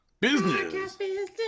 Business